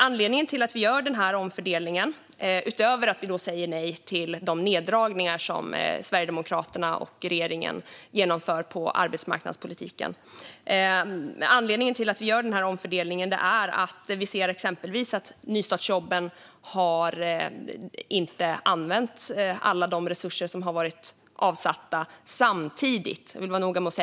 Anledningen till att vi gör denna omfördelning, utöver att vi säger nej till de neddragningar som Sverigedemokraterna och regeringen genomför av arbetsmarknadspolitiken, är att vi exempelvis ser att alla resurser som har avsatts för nystartsjobben inte har använts.